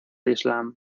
islam